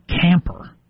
camper